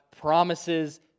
promises